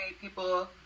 people